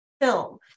film